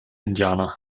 indianer